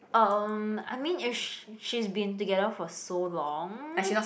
um I means if she she's been together for so long